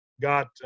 got